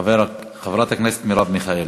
חברת הכנסת מרב מיכאלי.